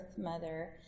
mother